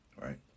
Right